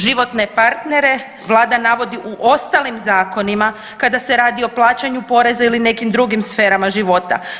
Životne partnere vlada navodi u ostalim zakonima kada se radi o plaćanju poreza ili nekim drugim sferama života.